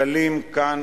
גלים כאן,